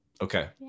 Okay